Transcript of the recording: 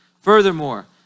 Furthermore